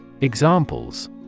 Examples